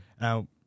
now